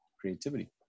creativity